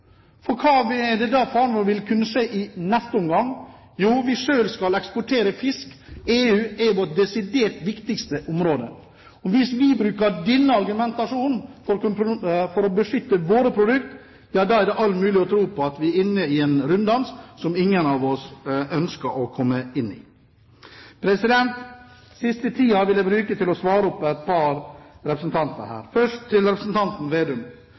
For hva er det da fare for vil skje i neste omgang, når vi selv skal eksportere fisk, og EU er vårt desidert viktigste område? Hvis vi bruker denne argumentasjonen for å beskytte våre produkter, er det all grunn til å tro at vi er inne i en runddans som ingen av oss ønsker å komme inn i. De siste minuttene vil jeg bruke til å svare et par representanter. Først til representanten Slagsvold Vedum: